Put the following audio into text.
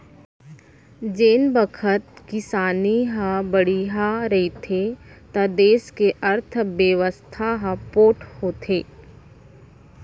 जेन बखत किसानी ह बड़िहा रहिथे त देस के अर्थबेवस्था ह पोठ होथे